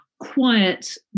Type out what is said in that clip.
quiet